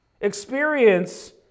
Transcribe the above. Experience